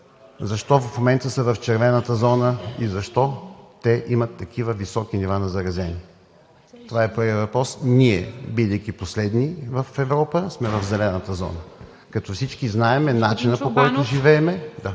защо в момента са в червената зона и защо те имат такива високи нива на заразени? Това е първият въпрос. Ние, бидейки последни в Европа, сме в зелената зона, както всички знаем… ПРЕДСЕДАТЕЛ ИВА